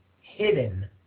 hidden